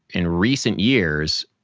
in recent years,